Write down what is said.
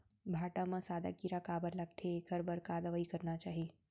भांटा म सादा कीरा काबर लगथे एखर बर का दवई करना चाही?